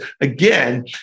again